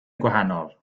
gwahanol